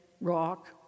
rock